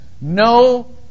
no